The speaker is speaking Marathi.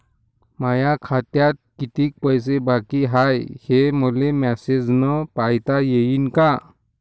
माया खात्यात कितीक पैसे बाकी हाय, हे मले मॅसेजन पायता येईन का?